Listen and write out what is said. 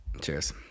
Cheers